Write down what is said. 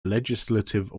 legislative